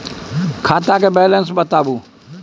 खाता के बैलेंस बताबू?